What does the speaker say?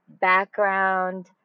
background